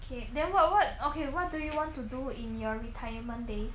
okay then what what okay what do you want to do in your retirement days